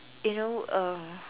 you know uh